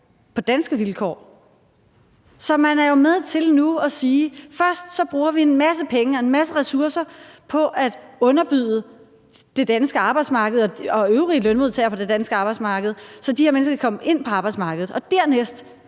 på danske vilkår. Så man er jo med til nu at sige, at først bruger vi en masse penge og en masse ressourcer på at underbyde det danske arbejdsmarked og øvrige lønmodtagere på det danske arbejdsmarked, så de her mennesker kan komme ind på arbejdsmarkedet, og dernæst